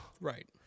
Right